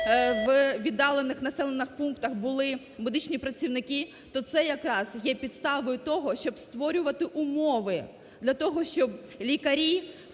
в віддалених населених пунктах були медичні працівники, то це якраз є підставою того, щоб створювати умови для того, щоб лікарі,